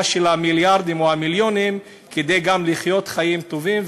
של המיליארדים או המיליונים כדי גם לחיות חיים טובים,